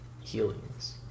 healings